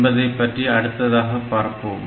என்பதைப் பற்றி அடுத்ததாக பார்ப்போம்